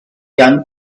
young